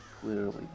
clearly